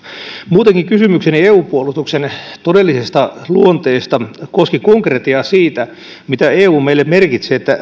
muutenkin kysymykseni eu puolustuksen todellisesta luonteesta koski konkretiaa siitä mitä eu meille merkitsee